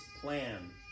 plan